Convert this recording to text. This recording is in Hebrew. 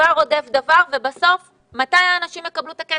דבר רודף דבר ובסוף מתי אנשים יקבלו את הכסף?